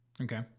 Okay